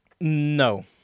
No